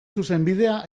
zuzenbidea